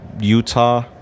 Utah